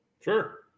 Sure